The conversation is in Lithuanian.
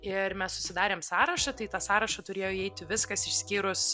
ir mes susidarėm sąrašą tai į tą sąrašą turėjo įeiti viskas išskyrus